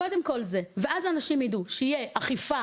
קודם כל זה ואז אנשים ידעו שיהיה אכיפה